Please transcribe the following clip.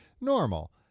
normal